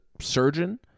surgeon